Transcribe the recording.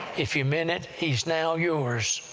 if you meant it, he's now yours!